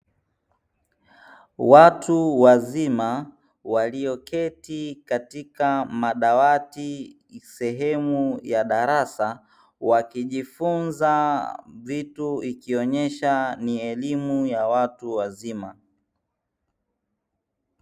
Watu wazima walioketi katika madawati sehemu ya darasa wakijifunza vitu, ikionyesha ni elimu ya watu wazima.